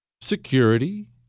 security